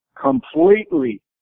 completely